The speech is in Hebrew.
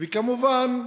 וכמובן,